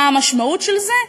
מה המשמעות של זה?